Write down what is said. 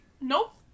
Nope